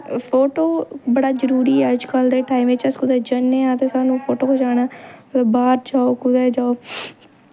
photo बड़ा जरूरी ऐ अज्जकल दे टाइम च अस कुदै जन्ने आं ते सानू फोटो खचाना कुतै बाह्र जाओ कुदै जाओ